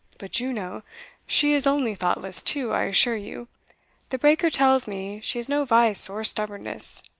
but juno she is only thoughtless too, i assure you the breaker tells me she has no vice or stubbornness.